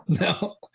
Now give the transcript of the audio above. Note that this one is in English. no